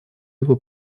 его